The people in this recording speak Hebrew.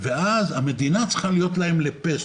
ואז המדינה צריכה להיות להם לפה.